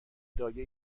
دایه